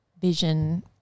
vision